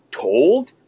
told